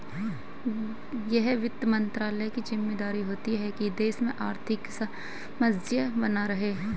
यह वित्त मंत्रालय की ज़िम्मेदारी होती है की देश में आर्थिक सामंजस्य बना रहे